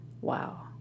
wow